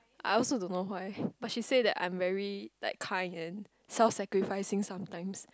I also don't know why but she said that I'm very like kind and self sacrificing sometimes